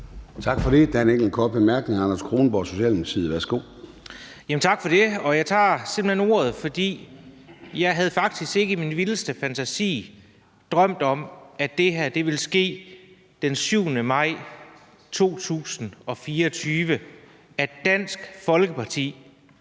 Tak for det. Jeg tager simpelt hen ordet, fordi jeg faktisk ikke i min vildeste fantasi havde drømt om, at det her ville ske den 7. maj 2024, altså at Dansk Folkeparti